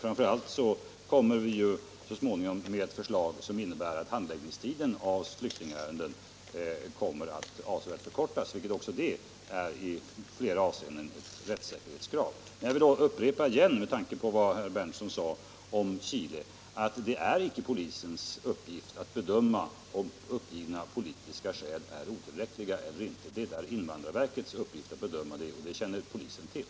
Framför allt kommer vi så småningom med ett förslag som innebär att handläggningstiden för utlänningsärenden förkortas avsevärt, vilket också i flera avseenden är ett rättssäkerhetskrav. Jag vill igen upprepa —- med tanke på vad herr Berndtson sade om Chile — att det inte är polisens uppgift att bedöma om uppgivna politiska skäl är otillräckliga — det är invandrarverkets uppgift, och det känner polisen till.